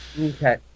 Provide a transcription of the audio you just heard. Okay